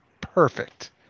perfect